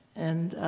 and